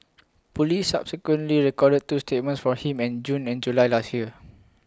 Police subsequently recorded two statements from him in June and July last year